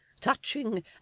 touching